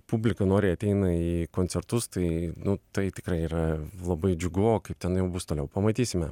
publika noriai ateina į koncertus tai nu tai tikrai yra labai džiugu o kaip tenai jau bus toliau pamatysime